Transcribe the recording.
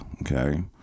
okay